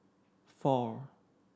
four